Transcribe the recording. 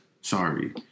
Sorry